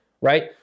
right